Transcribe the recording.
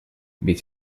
ведь